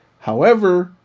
however,